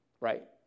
right